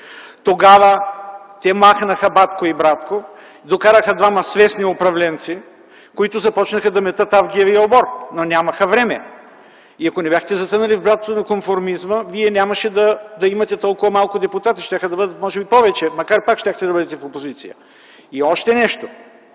Тогава те махнаха „батко и братко”, докараха двама свестни управленци, които започнаха да метат Авгиевия обор, но нямаха време. Ако не бяхте затънали в блатото на конформизма, вие нямаше да имате толкова малко депутати и може би щяха да бъдат повече, макар че пак щяхте да сте в опозиция. И още нещо.